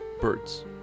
Bird's